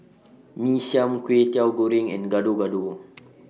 Mee Siam Kway Teow Goreng and Gado Gado